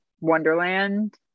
wonderland